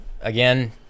Again